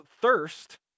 thirst